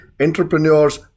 entrepreneurs